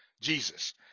Jesus